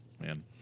Man